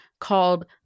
called